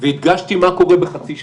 והדגשתי מה קורה בחצי שנה.